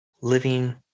living